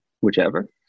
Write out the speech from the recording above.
whichever